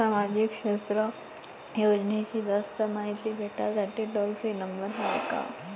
सामाजिक क्षेत्र योजनेची जास्त मायती भेटासाठी टोल फ्री नंबर हाय का?